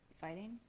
fighting